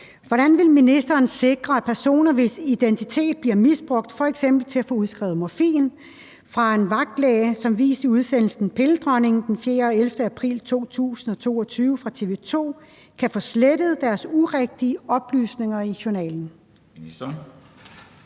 Hvordan vil ministeren sikre, at personer, hvis identitet bliver misbrugt, f.eks. til at få udskrevet morfin fra en vagtlæge som vist i udsendelsen »Pilledronningen« den 4. og 11. april 2022 fra TV 2, kan få slettet deres urigtige oplysninger i journalen?